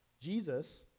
Jesus